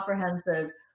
comprehensive